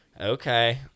okay